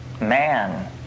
man